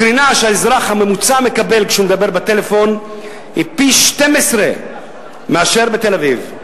הקרינה שהאזרח הממוצע מקבל כשהוא מדבר בטלפון היא פי-12 מאשר בתל-אביב.